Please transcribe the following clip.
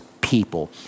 people